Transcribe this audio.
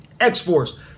x-force